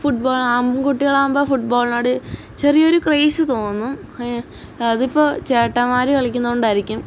ഫുട് ball ആൺകുട്ടികളാകുമ്പോൾ ഫുട് ബോളാണ് ചെറിയൊരു ക്രെയ്സ് തോന്നും അതിപ്പോൾ ചേട്ടന്മാർ കളിക്കുന്നുണ്ടായിരിക്കും